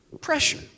Pressure